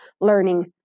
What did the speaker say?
learning